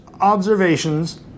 observations